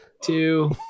two